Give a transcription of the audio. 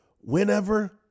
whenever